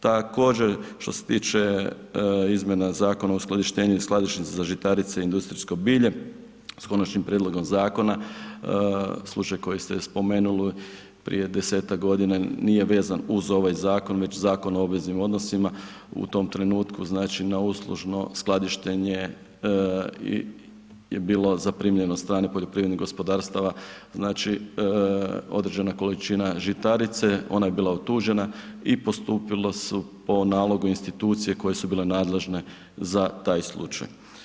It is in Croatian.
Također, što se tiče izmjena Zakona o skladištenju i skladištu za žitarice i industrijsko bilje, s konačnim prijedlogom zakona, slučaj koji ste spomenuli prije 10-ak godina, nije vezan uz ovaj zakon već Zakon o obveznim odnosima, u tom trenutku na uslužno skladištenje je bilo zaprimljeno od strane poljoprivrednih gospodarstava, znači određena količina žitarice, ona je bila utužena i postupilo se po nalogu institucije koje su bile nadležne za taj slučaj.